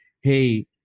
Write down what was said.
hey